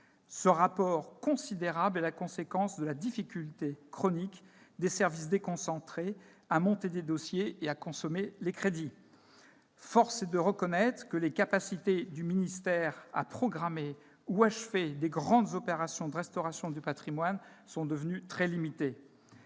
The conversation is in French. Ce rapport considérable est la conséquence de la difficulté chronique qu'éprouvent les services déconcentrés à monter des dossiers et consommer les crédits. Force est de reconnaître que les capacités du ministère de la culture à programmer ou achever de grandes opérations de restauration du patrimoine sont devenues très limitées.